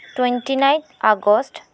twenty nine August